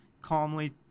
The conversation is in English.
calmly